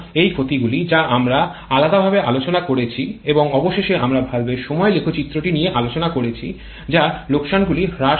সুতরাং এই ক্ষতিগুলিই আমরা আলাদাভাবে আলোচনা করেছি এবং অবশেষে আমরা ভালভের সময় লেখচিত্রটি নিয়ে আলোচনা করেছি